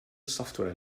software